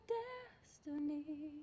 destiny